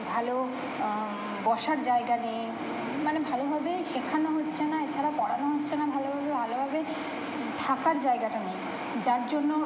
ভালো বসার জায়গা নেই মানে ভালোভাবে শেখানো হচ্ছে না এছাড়া পড়ানোও হচ্ছে না ভালোভাবে ভালোভাবে থাকার জায়গাটা নেই যার জন্য